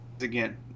again